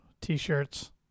t-shirts